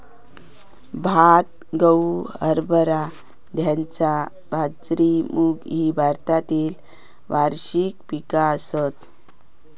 भात, गहू, हरभरा, धैंचा, बाजरी, मूग ही भारतातली वार्षिक पिका आसत